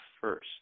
first